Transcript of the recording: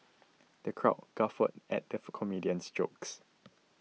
the crowd guffawed at the comedian's jokes